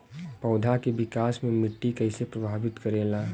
पौधा के विकास मे मिट्टी कइसे प्रभावित करेला?